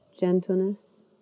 gentleness